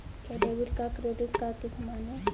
क्या debit card credit card के समान है?